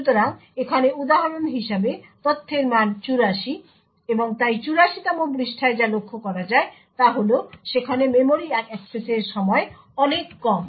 সুতরাং এখানে উদাহরণ হিসাবে তথ্যের মান 84 এবং তাই 84 তম পৃষ্ঠায় যা লক্ষ্য করা যায় তা হল সেখানে মেমরি অ্যাক্সেসের সময় অনেক কম